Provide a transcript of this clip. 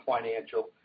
financial